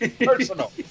personal